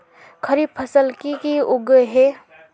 खरीफ फसल की की उगैहे?